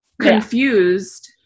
confused